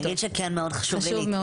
אני אגיד שכן מאוד חשוב לי להתייחס ספציפית.